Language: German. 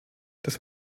dass